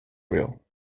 wheel